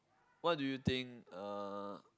what do you think uh